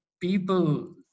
people